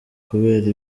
kubera